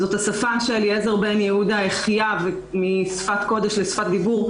זו השפה שאליעזר בן-יהודה החיה משפת קודש לשפת דיבור.